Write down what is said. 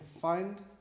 find